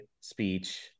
speech